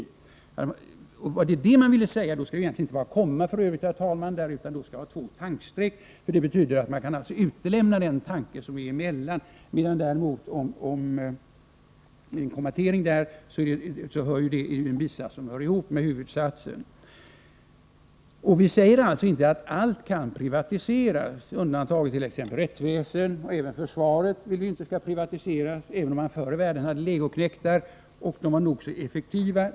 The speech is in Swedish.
Om det senare är vad man vill säga, skall det, herr talman, inte sättas ut några kommatecken, utan då skall det egentligen vara två tankstreck. Det betyder alltså att man kan utelämna den tanke som är där emellan. Om man däremot sätter ut kommatecken blir det en bisats som hör ihop med huvudsatsen. Vi moderater säger således inte att allt kan privatiseras. Vi vill exempelvis inte att rättsväsendet och försvaret skall privatiseras, även om man förr i världen hade legoknektar som var nog så effektiva.